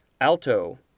Alto